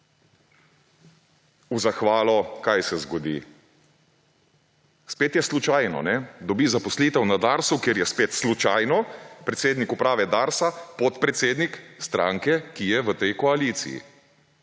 V zahvalo ‒ kaj se zgodi? Spet je slučajno, kajne, dobi zaposlitev na Darsu, kjer je spet slučajno predsednik uprave Darsa podpredsednik stranke, ki je v tej koaliciji.